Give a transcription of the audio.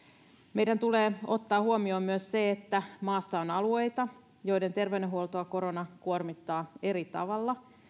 meidän tulee ottaa huomioon myös se että maassa on alueita joiden terveydenhuoltoa korona kuormittaa eri tavalla